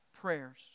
prayers